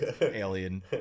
alien